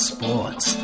Sports